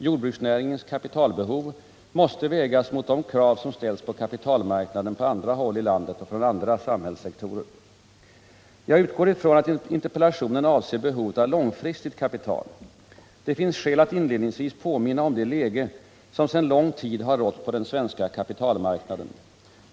Jordbruksnäringens kapitalbehov måste vägas mot de krav som ställs på kapitalmarknaden på andra håll i landet och från andra samhällssektorer. Jag utgår ifrån att interpellationen avser behovet av långfristigt kapital. Det finns skäl att inledningsvis påminna om det läge som sedan lång tid har rått på den svenska kapitalmarknaden.